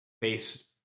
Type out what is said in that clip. base